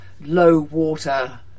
low-water